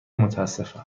متاسفم